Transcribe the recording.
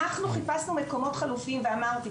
אנחנו חיפשנו מקומות חלופיים ואמרתי,